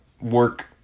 work